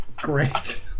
Great